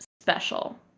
special